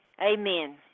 Amen